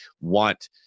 want